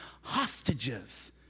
hostages